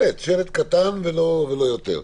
שלט ולא יותר.